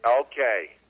Okay